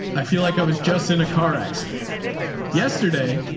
i feel like i was just in a car accident yesterday.